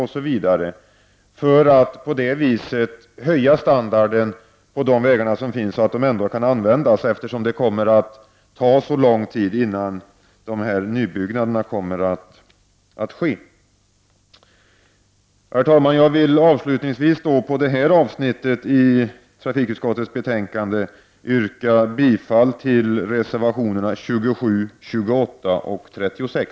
På så sätt kan standarden höjas på de vägar som redan finns så att de kan användas -— eftersom det kommer att ta så lång tid innan nyanläggningarna kan ske. Herr talman! I detta avsnitt i trafikutskottets betänkande vill jag yrka bifall till reservationerna 27, 28 och 36.